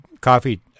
coffee